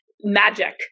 magic